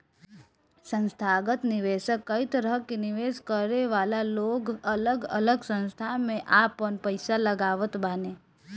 संथागत निवेशक कई तरह के निवेश करे वाला लोग अलग अलग संस्था में आपन पईसा लगावत बाने